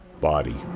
body